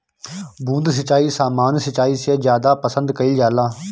बूंद सिंचाई सामान्य सिंचाई से ज्यादा पसंद कईल जाला